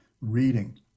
reading